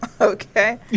Okay